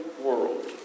world